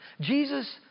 Jesus